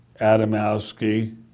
Adamowski